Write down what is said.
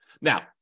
Now